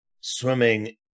swimming